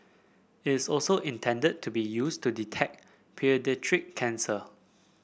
it is also intended to be used to detect paediatric cancer